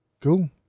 Cool